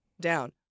down